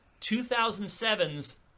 2007's